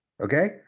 Okay